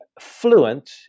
fluent